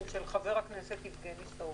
כן, של חבר הכנסת יבגני סובה.